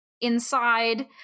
inside